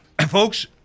Folks